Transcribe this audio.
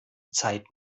zeit